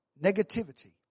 negativity